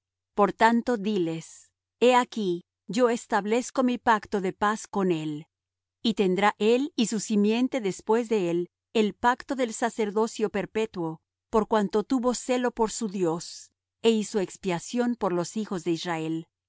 por tanto di les he aquí yo establezco mi pacto de paz con él y tendrá él y su simiente después de él el pacto del sacerdocio perpetuo por cuanto tuvo celo por su dios é hizo expiación por los hijos de israel